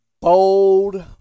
bold